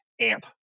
amp